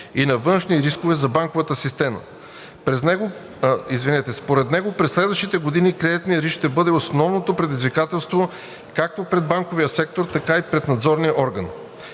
и на външни рискове за банковата система. Според него през следващите години кредитният риск ще бъде основното предизвикателство както пред банковия сектор, така и пред надзорния орган.